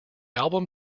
album